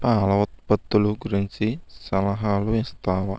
పాల ఉత్పత్తులు గురించి సలహాలు ఇస్తావా